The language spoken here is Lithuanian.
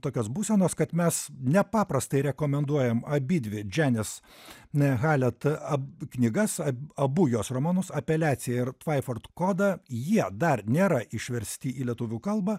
tokios būsenos kad mes nepaprastai rekomenduojam abidvi džianis a halet knygas ab abu jos romanus apeliaciją ir tvaiford kodą jie dar nėra išversti į lietuvių kalbą